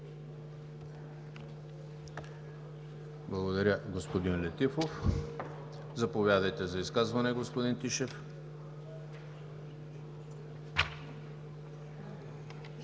Благодаря, господин Летифов. Заповядайте за изказване, господин Тишев.